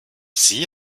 sie